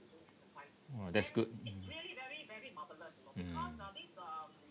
!wah! that's good mm mm